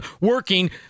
working